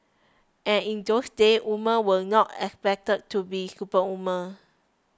and in those days woman were not expected to be superwoman